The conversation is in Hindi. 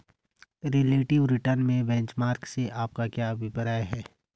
रिलेटिव रिटर्न में बेंचमार्क से आपका क्या अभिप्राय है?